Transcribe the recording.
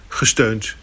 gesteund